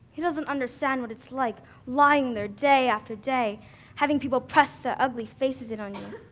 he doesn't understand what it's like lying there day after day having people press their ugly faces in on you.